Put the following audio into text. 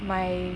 my